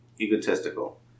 egotistical